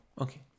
Okay